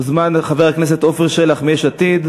מוזמן חבר הכנסת עפר שלח מיש עתיד.